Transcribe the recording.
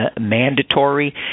mandatory